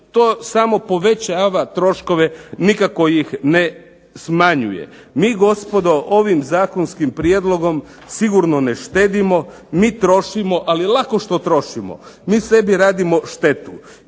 to samo povećava troškove, nikako ih ne smanjuje. Mi gospodo ovim zakonskim prijedlogom sigurno ne štedimo, mi trošimo, ali lako što trošimo, mi sebi radimo štetu.